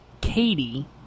Katie